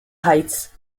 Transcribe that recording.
heights